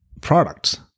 products